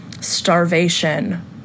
starvation